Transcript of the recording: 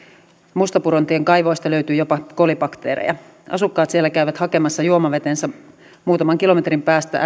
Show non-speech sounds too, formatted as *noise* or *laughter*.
mustanpurontien kaivoista löytyi jopa kolibakteereja asukkaat siellä käyvät hakemassa juomavetensä muutaman kilometrin päästä *unintelligible*